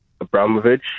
Abramovich